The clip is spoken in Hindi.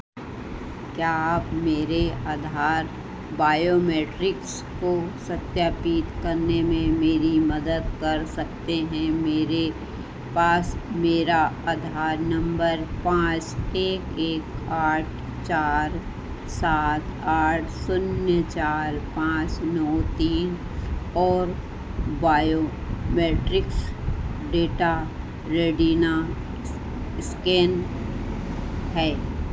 क्या आप मेरे आधार बायोमेट्रिक्स को सत्यापित करने में मेरी मदद कर सकते हैं मेरे पास मेरा आधार नंबर पाँच एक एक आठ चार सात आठ शून्य चार पाँच नौ तीन और बायोमेट्रिक्स डेटा रेडिना स्कैन है